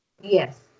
yes